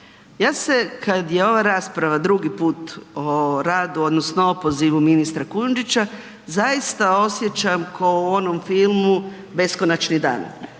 Ja se kada je ova rasprava drugi put o radu odnosno opozivu ministra Kujundžića zaista osjećam ko u onom filmu Beskonačni dan.